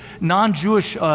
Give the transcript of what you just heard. non-Jewish